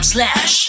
Slash